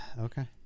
Okay